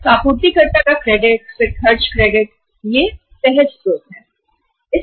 तो पहले आपूर्ति कर्ता का क्रेडिट और फिर खर्चों का क्रेडिट यह सभी सहज वित्त हैं